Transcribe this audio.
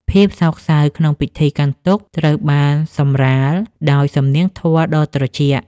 ភាពសោកសៅក្នុងពិធីកាន់ទុក្ខត្រូវបានសម្រាលដោយសំនៀងធម៌ដ៏ត្រជាក់។